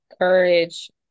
courage